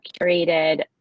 curated